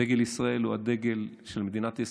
דגל ישראל הוא הדגל של מדינת ישראל,